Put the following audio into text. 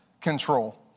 control